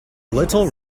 little